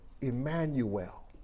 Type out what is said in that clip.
Emmanuel